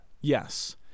Yes